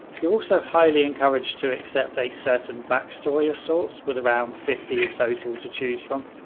you're also highly encouraged to accept a certain backstory of sorts, with around fifty in so total to choose from.